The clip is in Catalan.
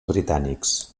britànics